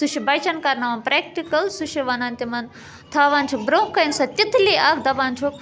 سُہ چھُ بَچَن کَرناوان پرٮ۪کٹِکَل سُہ چھِ وَنان تِمَن تھاوان چھِ برٛونٛہہ کَنہِ سۄ تِتلی اَکھ دَپان چھُکھ